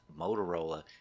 Motorola